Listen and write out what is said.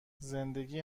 زندگی